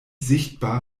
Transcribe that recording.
sichtbar